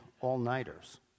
all-nighters